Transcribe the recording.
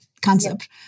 concept